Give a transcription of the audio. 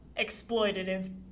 exploitative